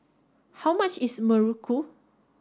how much is Muruku